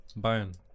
Bayern